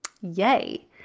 Yay